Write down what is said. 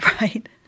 Right